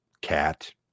cat